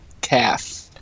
calf